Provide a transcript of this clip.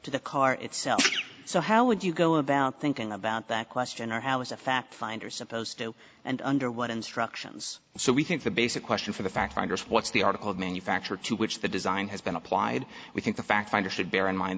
to the car itself so how would you go about thinking about that question or how is a fact finder supposed to and under what instructions so we think the basic question for the fact finders what's the article of manufacture to which the design has been applied we think the fact finder should bear in mind